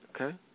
Okay